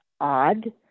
odd